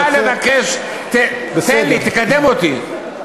בא לבקש: תן לי, תקדם אותי.